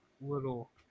little